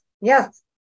Yes